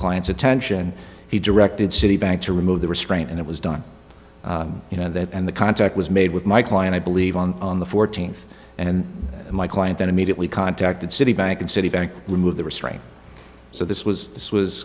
client's attention he directed citibank to remove the restraint and it was done you know that and the contact was made with my client i believe on the fourteenth and my client then immediately contacted citibank and citibank remove the restraint so this was this was